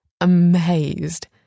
amazed